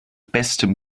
bestem